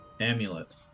amulet